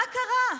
מה קרה?